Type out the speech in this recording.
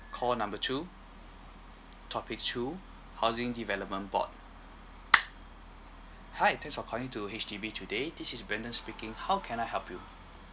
call number two topic two housing development board hi thanks for calling to H_D_B today this is brandon speaking how can I help you